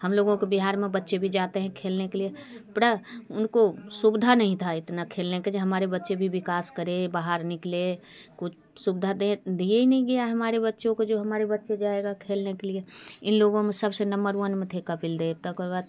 हम लोगों के बिहार में बच्चे भी जाते हैं खेलने के लिए पर उनको सुविधा नहीं थी इतना खेलने के हमारे बच्चे भी विकास करें बाहर निकले कुछ सुविधा दें दिए ही नहीं गया हमारे बच्चों को जो हमारे बच्चे जाएंगे खेलने के लिए इन लोगों में सब से नंबर वन में थे कपिल देव